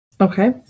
Okay